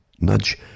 Nudge